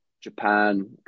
japan